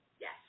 Yes